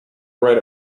write